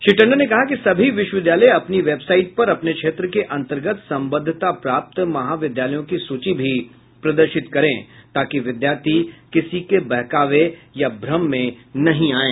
श्री टंडन ने कहा कि सभी विश्वविद्यालय अपनी वेबसाईट पर अपने क्षेत्र के अन्तर्गत संबद्धता प्राप्त महाविद्यालयों की सूची भी प्रदर्शित करें ताकि विद्यार्थी किसी के बहकावे या भ्रम में नहीं आएं